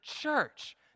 church